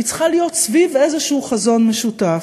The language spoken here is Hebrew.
היא צריכה להיות סביב איזשהו חזון משותף.